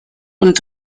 und